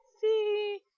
See